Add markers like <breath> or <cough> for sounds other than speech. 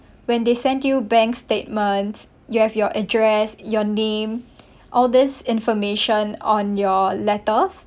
when they send you bank statements you have your address your name <breath> all this information on your letters